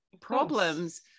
problems